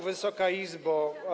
Wysoka Izbo!